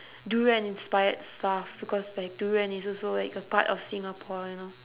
durian-inspired stuff like because like durian is also like a part of singapore you know